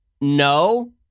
no